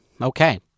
Okay